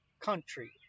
country